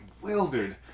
bewildered